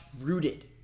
rooted